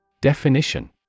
Definition